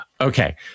Okay